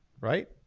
Right